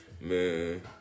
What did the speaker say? Man